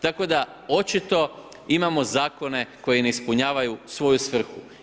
Tako da očito imamo zakone koji ne ispunjavaju svoju svrhu.